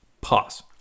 Pause